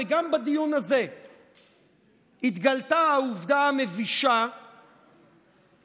וגם בדיון הזה התגלתה העובדה המבישה שנציגי